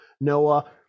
Noah